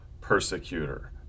persecutor